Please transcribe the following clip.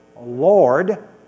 Lord